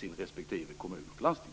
deras respektive kommuner och landsting.